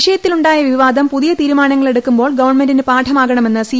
വിഷയത്തിലൂണ്ടായ വിവാദം പൂതിയ തീരൂമാനങ്ങളെടൂക്കൂമ്പോൾ ഗവൺമെന്റിന് പാഠമാകണമെന്ന് സി